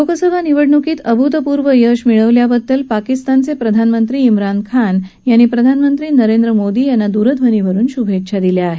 लोकसभा निवडणुकीत अभूतपूर्व यश मिळवल्याबद्दल पाकिस्तानचे प्रधानमंत्री विरान खान यांनी प्रधानमंत्री नरेंद्र मोदी यांना दूरध्वनीवरून शुभेच्छा दिल्या आहेत